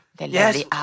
yes